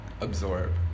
Absorb